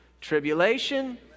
Tribulation